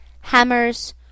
hammers